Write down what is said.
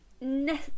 no